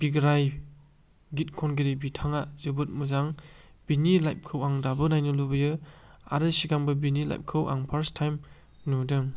बिग्राइ गित खनगिरि बिथाङा जोबोद मोजां बिनि लाइभखौ आं दाबो नायनो लुगैयो आरो सिगांबो बिनि लाइभखौ आं फार्स्ट टाइम नुदों